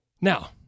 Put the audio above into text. Now